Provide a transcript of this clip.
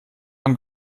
und